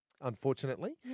unfortunately